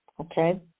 okay